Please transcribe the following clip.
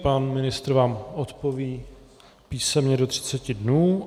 Pan ministr vám odpoví písemně do 30 dnů.